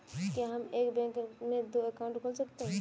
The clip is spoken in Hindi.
क्या हम एक बैंक में दो अकाउंट खोल सकते हैं?